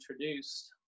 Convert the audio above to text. introduced